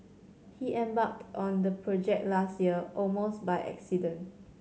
he embarked on the project last year almost by accident